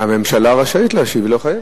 הממשלה רשאית להשיב, היא לא חייבת.